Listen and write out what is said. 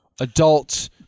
adult